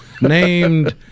Named